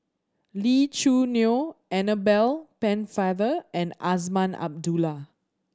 Lee Choo Neo Annabel Pennefather and Azman Abdullah